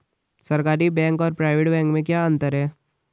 सरकारी बैंक और private bank में क्या क्या अंतर हैं?